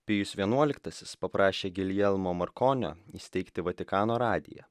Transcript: pijus vienuoliktasis paprašė giljermo markonio įsteigti vatikano radiją